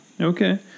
okay